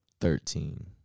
thirteen